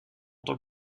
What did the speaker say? tant